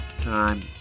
time